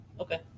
Okay